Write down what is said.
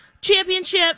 Championship